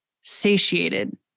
satiated